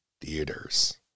theaters